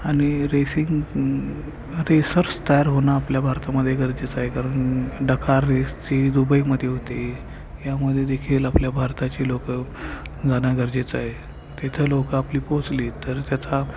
आणि racing racers तयार होणं आपल्या भारतामध्ये गरजेचं आहे कारण डकार रेस जी दुबईमध्ये होते यामध्ये देखील आपल्या भारताची लोकं जाणं गरजेचं आहे तिथं लोकं आपली पोचली तर त्याचा